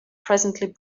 presently